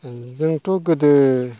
जोंथ' गोदो